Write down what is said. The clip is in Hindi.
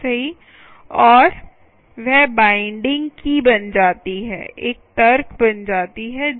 और वह बाइंडिंग की बन जाती है एक तर्क बन जाती है